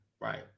Right